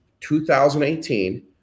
2018